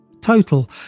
total